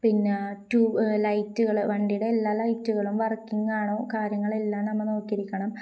പിന്നെ ലൈറ്റുകള് വണ്ടിയുടെ എല്ലാ ലൈറ്റുകളും വർക്കിങ്ങാണോയെന്ന കാര്യങ്ങളെല്ലാം നമ്മള് നോക്കിയിരിക്കണം